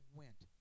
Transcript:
went